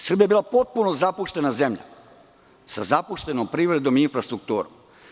Srbija je bila potpuno zapuštena zemlja sa zapuštenom privredom i infrastrukturom.